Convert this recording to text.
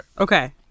Okay